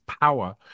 power